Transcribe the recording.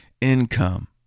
income